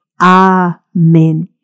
Amen